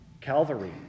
Calvary